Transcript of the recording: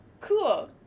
cool